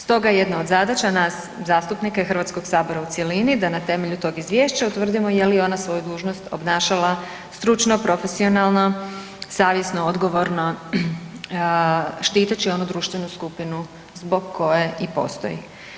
Stoga jedna do zadaća nas zastupnika i Hrvatskog sabora u cjelini da na temelju tog izvješća utvrdimo je li ona svoju dužnost obnašala stručno, profesionalno, savjesno, odgovorno štiteći onu društvenu skupinu zbog koje i postoji.